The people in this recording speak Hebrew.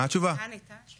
לביטחון המדינה.